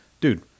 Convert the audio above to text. dude